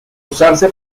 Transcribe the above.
usarse